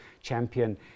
champion